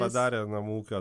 padarę namų ūkio